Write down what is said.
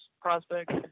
prospect